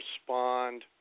respond